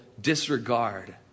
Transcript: disregard